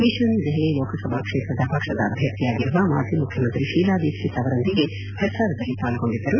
ಈಶಾನ್ಯ ದೆಹಲಿ ಲೋಕಸಭಾ ಕ್ಷೇತ್ರದ ಪಕ್ಷದ ಅಭ್ಯರ್ಥಿಯಾಗಿರುವ ಮಾಜಿ ಮುಖ್ಯಮಂತ್ರಿ ಶೀಲಾ ದೀಕ್ಷಿತ್ ಅವರೊಂದಿಗೆ ಪ್ರಚಾರದಲ್ಲಿ ಪಾಲ್ಗೊಂಡಿದ್ದರು